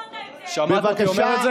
הבנתי,